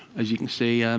as you can see,